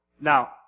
Now